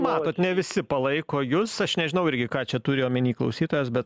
matot ne visi palaiko jus aš nežinau irgi ką čia turi omeny klausytojas bet